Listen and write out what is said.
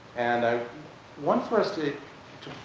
and i want for us to,